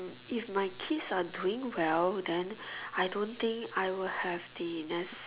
if my kids are doing well then I don't think I will have the nec~